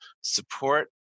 support